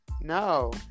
No